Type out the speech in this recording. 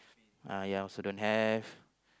uh ya I also don't have